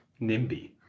NIMBY